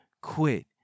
quit